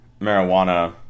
marijuana